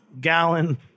gallon